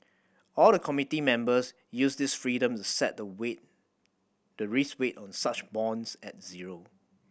all the committee members use this freedom to set the weight the risk weight on such bonds at zero